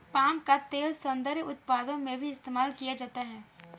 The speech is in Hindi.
पाम का तेल सौन्दर्य उत्पादों में भी इस्तेमाल किया जाता है